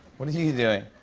what are you doing?